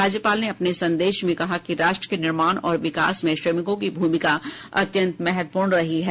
राज्यपाल ने अपने संदेश में कहा कि राष्ट्र के निर्माण और विकास में श्रमिकों की भूमिका अत्यन्त महत्वपूर्ण रही है